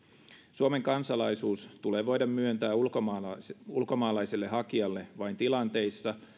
suomen kansalaisuus tulee voida myöntää ulkomaalaiselle ulkomaalaiselle hakijalle vain tilanteissa